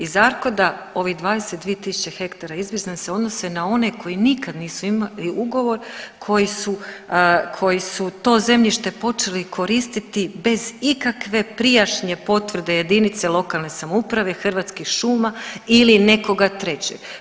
Iz ARCOD-a ovih 22.000 hektara izbrisanih se odnose na one koji nikad nisu imali ugovor koji su, koji su to zemljište počeli koristiti bez ikakve prijašnje potvrde jedinice lokalne samouprave, Hrvatskih šuma ili nekoga trećeg.